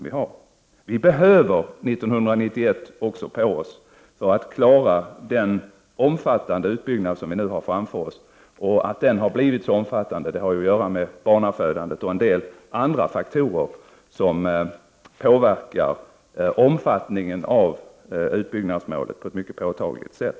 Vi behöver få på oss också 1991 för att klara den omfattande utbyggnad som vi nu har framför oss. Att det här har blivit så omfattande har ju att göra med barnafödandet och en del andra faktorer som påverkar utbyggnadsmålet på ett mycket påtagligt sätt.